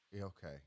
okay